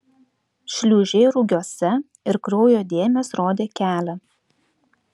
šliūžė rugiuose ir kraujo dėmės rodė kelią